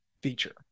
feature